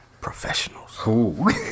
Professionals